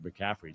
McCaffrey